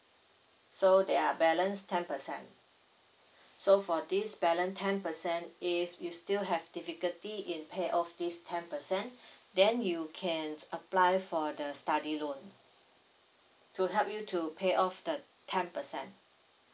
so there are balance ten percent so for this balance ten percent if you still have difficulty in pay off this ten percent then you can apply for the study loan to help you to pay off the ten percent